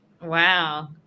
Wow